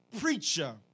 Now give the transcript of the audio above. preacher